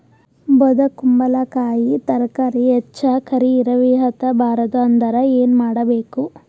ಬೊದಕುಂಬಲಕಾಯಿ ತರಕಾರಿ ಹೆಚ್ಚ ಕರಿ ಇರವಿಹತ ಬಾರದು ಅಂದರ ಏನ ಮಾಡಬೇಕು?